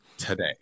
today